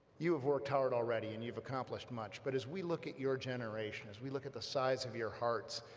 you have worked hard already and you have accomplished much but as we look at your generation as we look at the size of your hearts,